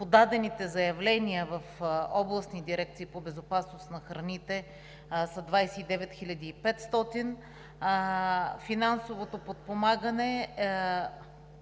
Подадените заявления в областни дирекции по безопасност на храните са – 29 500; финансовото подпомагане